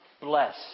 bless